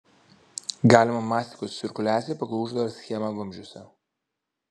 galima mastikos cirkuliacija pagal uždarą schemą vamzdžiuose